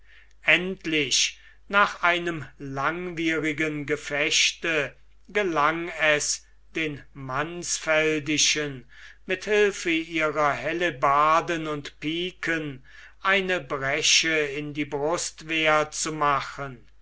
endlich nach einem langwierigen gefechte gelang es den mansfeldischen mit hilfe ihrer hellebarden und piken eine bresche in die brustwehr zu machen